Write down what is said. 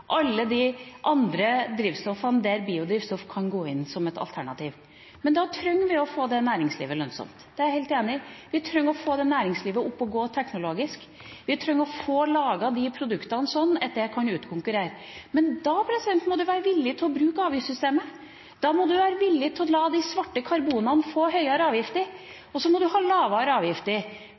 alle de andre drivstoffene der biodrivstoff kan gå inn som et alternativ. Men da trenger vi å få det næringslivet lønnsomt. Det er jeg helt enig. Vi trenger å få det næringslivet opp å gå teknologisk. Vi trenger å få laget de produktene slik at de kan utkonkurrere. Men da må man være villig til å bruke avgiftssystemet. Da må man være villig til å la de svarte karbonene få høyere avgifter, og så må man ha lavere avgifter